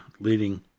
leading